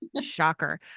Shocker